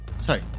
Sorry